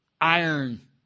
iron